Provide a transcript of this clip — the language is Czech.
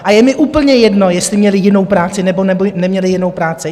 A je mi úplně jedno, jestli měli jinou práci, nebo neměli jinou práci.